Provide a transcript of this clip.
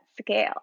scale